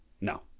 no